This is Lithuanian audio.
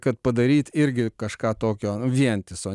kad padaryt irgi kažką tokio nu vientiso